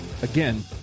Again